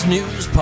News